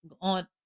on